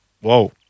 Whoa